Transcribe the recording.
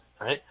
right